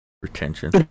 Retention